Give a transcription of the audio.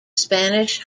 spanish